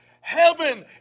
Heaven